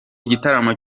igitaramo